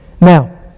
Now